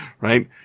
right